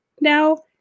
now